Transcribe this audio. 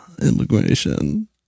Immigration